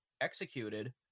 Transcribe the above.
executed